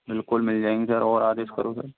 बिल्कुल मिल जाएंगी सर और आदेश करो सर